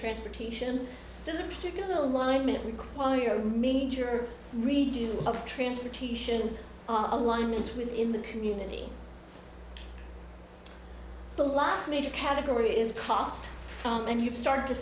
transportation there's a particular alignment required major redo of transportation on the line it's within the community the last major category is cost and you've started to